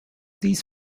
these